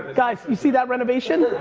guys, you see that renovation,